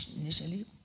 initially